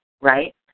right